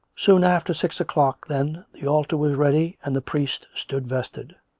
soon after six o'clock, then, the altar was ready and the priest stood vested.